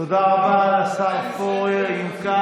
לכן ישראל ביתנו, אתה לא מבין בזה.